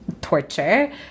torture